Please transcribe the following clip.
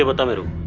um dump it. no,